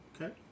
Okay